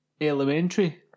Elementary